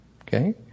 Okay